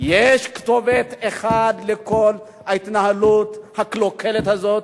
יש כתובת אחת לכל ההתנהלות הקלוקלת הזאת,